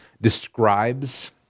describes